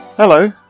Hello